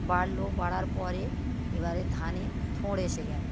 বাড়লো বাড়ার পরে এবারে ধানে থোঁড় এসে গেলো